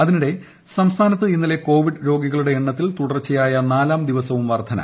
അതിനിടെ സംസ്ഥാനത്ത് ഇന്നലെ കോവിഡ് രോഗികളുടെ എണ്ണത്തിൽ തുടർച്ചയായ നാലാം ദിവസവും വർദ്ധന